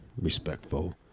respectful